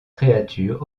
créature